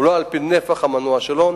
ולא על-פי נפח המנוע שלו.